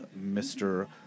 Mr